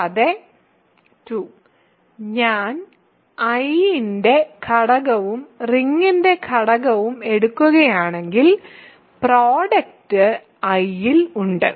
കൂടാതെ ii ഞാൻ I ന്റെ ഘടകവും റിങ്ങിന്റെ ഘടകവും എടുക്കുകയാണെങ്കിൽ പ്രോഡക്റ്റ് I ലും ഉണ്ട്